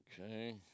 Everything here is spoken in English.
Okay